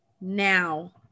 now